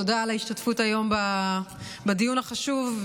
תודה על ההשתתפות היום בדיון החשוב,